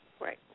Right